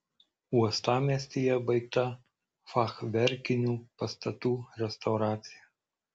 uostamiestyje baigta fachverkinių pastatų restauracija